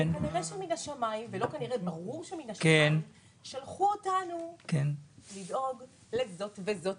ברור שמן השמים שלחו אותנו לדאוג לזאת וזאת